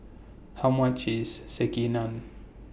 How much IS Sekihan